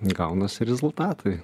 gaunasi rezultatai